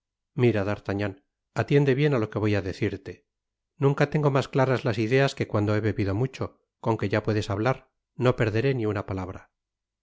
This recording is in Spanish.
mira d'artagnan atiende bien á lo que voy á decirte nunca tengo mas claras las ideas que cuando he bebido mucho con que ya puedes hablar no perderé ni una palabra